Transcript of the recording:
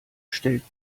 stellt